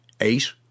Eight